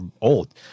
old